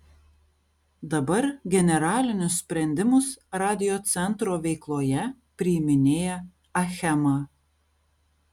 dabar generalinius sprendimus radiocentro veikloje priiminėja achema